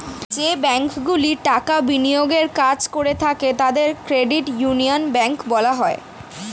যে ব্যাঙ্কগুলি টাকা বিনিয়োগের কাজ করে থাকে তাদের ক্রেডিট ইউনিয়ন ব্যাঙ্ক বলা হয়